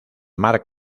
mar